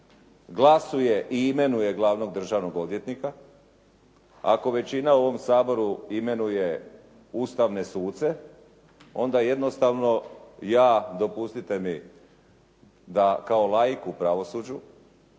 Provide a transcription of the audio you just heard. glasuje i imenuje glavnog državnog odvjetnika? Ako većina u ovom Saboru imenuje ustavne suce, onda jednostavno ja dopustite mi da kao laik u pravosuđu,